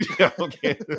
Okay